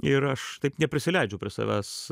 ir aš taip neprisileidžiu prie savęs